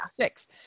six